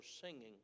singing